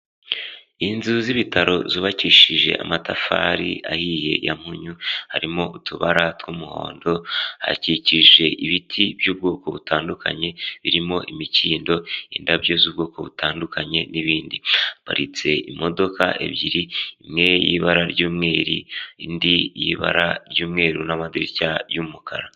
Inzu z'ibitaro zubakishije amatafari ahiye ya mpunyu, harimo utubara tw'umuhondo, akikije ibiti by'ubwoko butandukanye birimo imikindo, indabyo z'ubwoko butandukanye n'ibindi haparitse imodoka ebyiri imwe y'ibara ry'umweru indi y'ibara ry'umweru n'amadirishya y'umukara.